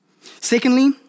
Secondly